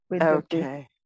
Okay